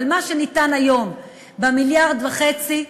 אבל מה שניתן היום במיליארד וחצי,